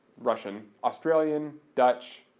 russian, australian, dutch,